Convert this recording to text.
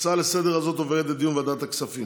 ההצעה לסדר-היום הזאת עוברת לדיון בוועדת הכספים.